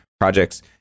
projects